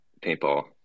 paintball